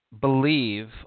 believe